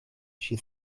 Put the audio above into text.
she